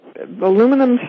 Aluminum